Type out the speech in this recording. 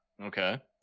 Okay